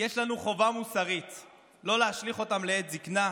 יש לנו חובה מוסרית לא להשליך אותם לעת זקנה,